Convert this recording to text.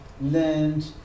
learned